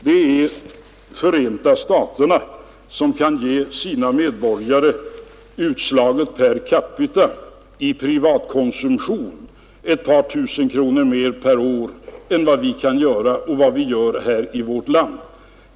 Det är Förenta staterna som kan ge sina medborgare ett par tusen kronor mer per år i privat konsumtion — utslaget per capita — än vi kan göra och gör här i vårt land.